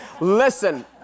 Listen